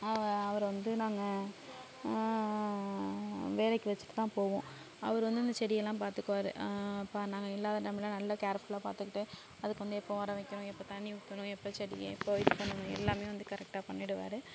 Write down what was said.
அவ அவரை வந்து நாங்கள் வேலைக்கு வச்சிவிட்டு தான் போவோம் அவரு வந்து அந்த செடியெல்லாம் பார்த்துக்குவாரு அப்போ நாங்கள் இல்லாத டைமில் நல்ல கேர்ஃபுல்லாக பார்த்துகுட்டு அதுக்கு வந்து எப்போ உரோம் வைக்கணும் எப்போ தண்ணி ஊற்றணும் எப்போ செடியை எப்போ வெயிட் பண்ணனும் எல்லாமே வந்து கரெக்டாக பண்ணிடுவார்